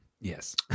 Yes